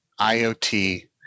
IoT